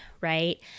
right